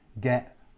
get